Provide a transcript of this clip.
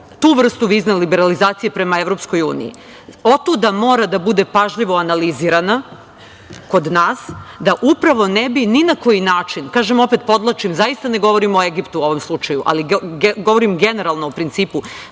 tu vrstu vizne liberalizacije prema Evropskoj uniji otuda mora da bude pažljivo analizirana kod nas, da upravo ne bi ni na koji način, kažem, opet podvlačim, zaista ne govorim o Egiptu u ovom slučaju, ali govorim generalno o principu,